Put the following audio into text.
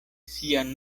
sian